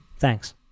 Thanks